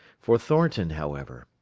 for thornton, however,